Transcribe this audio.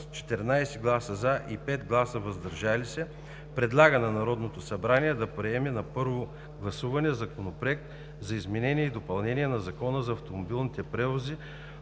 без „против“ и 5 гласа „въздържал се“ предлага на Народното събрание да приеме на първо гласуване Законопроект за изменение и допълнение на Закона за автомобилните превози,